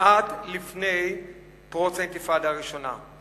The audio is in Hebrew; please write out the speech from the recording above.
מעט לפני פרוץ האינתיפאדה הראשונה,